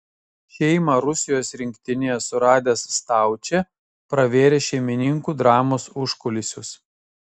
šeimą rusijos rinktinėje suradęs staučė pravėrė šeimininkų dramos užkulisius